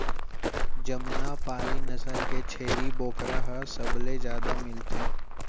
जमुना पारी नसल के छेरी बोकरा ह सबले जादा मिलथे